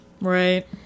Right